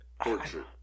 portrait